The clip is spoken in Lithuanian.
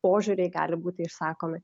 požiūriai gali būti išsakomi